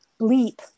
bleep